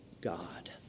God